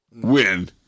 Win